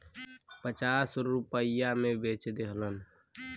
पचास रुपइया मे बेच देहलन